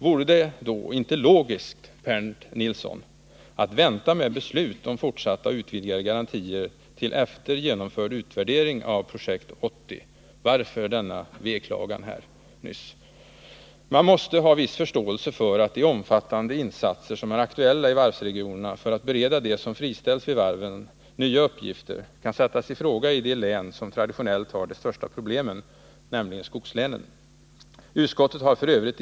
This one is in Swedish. Vore det då inte logiskt, Bernt Nilsson, att vänta med beslut om fortsatta och utvidgade garantier till efter genomförd utvärdering av projektet? Varför denna veklagan nyss? Man måste ha viss förståelse för att de omfattande insatser som är aktuella i varvsregionerna för att bereda dem som friställs vid varven nya uppgifter kan sättas i fråga i de län som traditionellt har de största problemen, nämligen skogslänen. Arbetsmarknadsutskottet har f.ö.